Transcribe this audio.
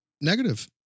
Negative